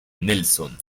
nelson